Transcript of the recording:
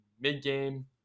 Mid-game